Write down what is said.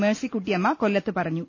മേഴ്സിക്കുട്ടിയ മ്മ കൊല്ലത്ത് പറഞ്ഞു